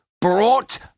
brought